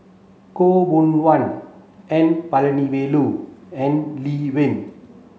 Khaw Boon Wan N Palanivelu and Lee Wen